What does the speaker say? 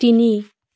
তিনি